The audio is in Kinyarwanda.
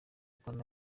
kubwa